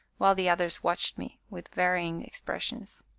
while the others watched me with varying expressions.